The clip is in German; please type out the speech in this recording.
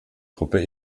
gruppe